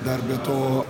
dar be to